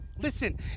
listen